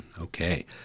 Okay